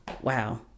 Wow